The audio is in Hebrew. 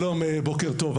שלום ובוקר טוב,